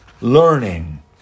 learning